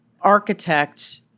architect